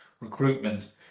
recruitment